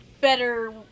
better